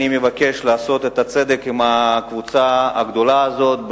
לכן אני מבקש לעשות את הצדק עם הקבוצה הגדולה הזאת.